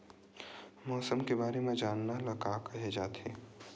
मौसम के बारे म जानना ल का कहे जाथे?